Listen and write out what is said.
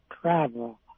travel